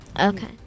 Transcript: Okay